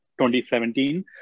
2017